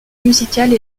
musicale